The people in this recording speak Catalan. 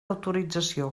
autorització